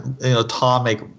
atomic